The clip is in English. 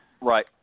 Right